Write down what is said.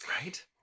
Right